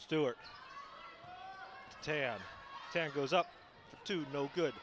stewart goes up to no good